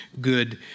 good